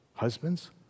Husbands